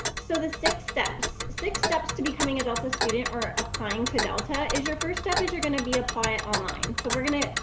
so the six steps, six steps to becoming a delta student or applying to delta is your first step is you're gonna be applying online so we're gonna,